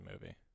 movie